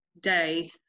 day